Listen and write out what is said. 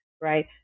right